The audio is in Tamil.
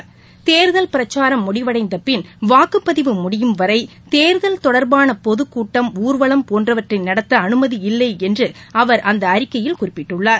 என்று அவர் தேர்தல் பிரக்சாரம் முடிவடைந்த பின் வாக்குப் பதிவு முடியும் வரை தேர்தல் தொடர்பான பொதுக்கூட்டம் ஊர்வலம் போன்றவற்றை நடத்த அனுமதி இல்லை என்று அவர் அந்த அறிக்கையில் குறிப்பிட்டுள்ளார்